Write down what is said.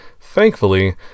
thankfully